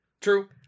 True